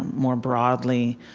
more broadly,